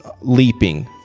Leaping